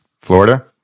Florida